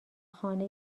خانه